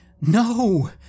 No